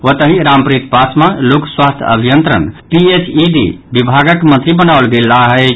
ओतहि रामप्रित पासवान लोक स्वास्थ्य अभियंत्रण पीएचईडी विभागक मंत्री बनाओल गेलाह अछि